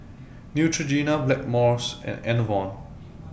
Neutrogena Blackmores and Enervon